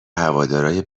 هوادارای